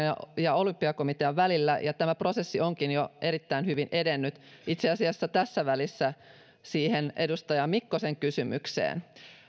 ja kulttuuriministeriön ja olympiakomitean välillä ja tämä prosessi onkin jo erittäin hyvin edennyt itse asiassa tässä välissä siihen edustaja mikkosen kysymykseen